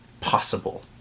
possible